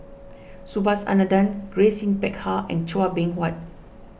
Subhas Anandan Grace Yin Peck Ha and Chua Beng Huat